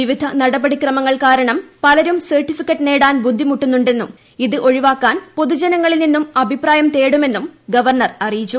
വിവിധ നടപടിക്രമങ്ങൾ കാരണം പലരും സർട്ടിഫിക്കറ്റ് നേടാൻ ബുദ്ധിമുട്ടുന്നുണ്ടെന്നും ഇത് ഒഴിവാക്കാൻ പൊതുജനങ്ങളിൽ നിന്നും അഭിപ്രായം തേടുമെന്നും ഗവർണർ അറിയിച്ചു